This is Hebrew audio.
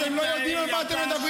אתם לא יודעים על מה אתם מדברים.